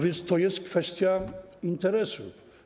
Więc to jest kwestia interesów.